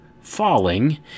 falling